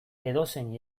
edozein